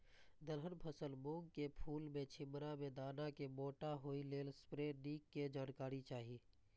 दलहन फसल मूँग के फुल में छिमरा में दाना के मोटा होय लेल स्प्रै निक के जानकारी चाही?